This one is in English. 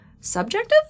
subjective